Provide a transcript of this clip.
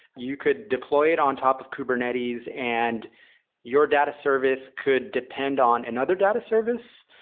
you could deploy it on top of kubernetes and your data service could depend on another data service.